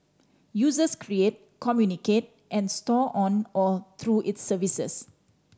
users create communicate and store on or through its services